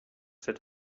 cette